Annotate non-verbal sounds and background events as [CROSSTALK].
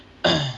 [COUGHS]